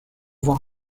voir